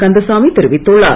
கந்தசாமி தெரிவித்துள்ளார்